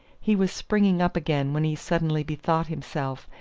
he was springing up again when he suddenly bethought himself,